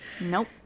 Nope